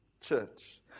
church